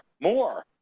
more